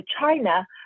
China